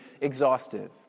exhaustive